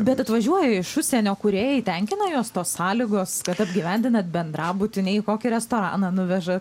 bet atvažiuoja iš užsienio kūrėjai tenkina juos tos sąlygos kad apgyvendinat bendrabuty ne į kokį restoraną nuveža